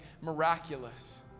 miraculous